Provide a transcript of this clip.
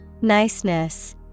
Niceness